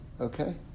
Okay